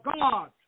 God